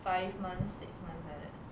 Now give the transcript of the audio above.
five months six months like that